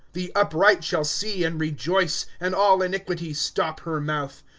the upright shall see, and rejoice, and all iniquity stop her mouth.